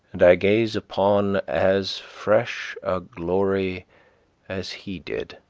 and i gaze upon as fresh a glory as he did,